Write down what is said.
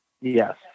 Yes